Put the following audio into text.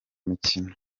mikino